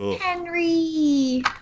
Henry